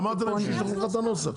אמרתי להם שישלחו לך את הנוסח.